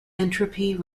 entropy